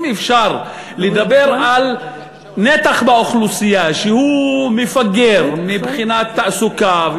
אם אפשר לדבר על נתח באוכלוסייה שהוא מפגר מבחינת תעסוקה,